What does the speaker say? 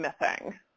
missing